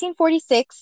1846